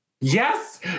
Yes